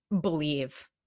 believe